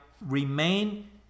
remain